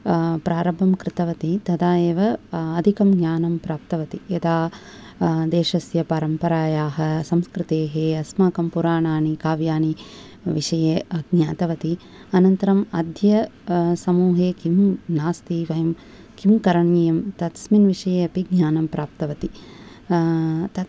प्रारम्भं कृतवती तदा एव अधिकं ज्ञानं प्राप्तवती यथा देशस्य परम्परायाः संस्कृतेः अस्माकं पुराणानि काव्यानि विषये ज्ञातवती अनन्तरम् अद्य समूहे किं नास्ति वयं किं करणीयं तस्मिन् विषये अपि ज्ञानं प्राप्तवती तत् तत्